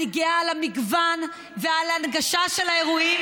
אני גאה על המגוון ועל ההנגשה של האירועים,